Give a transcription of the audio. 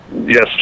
Yes